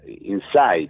inside